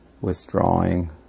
withdrawing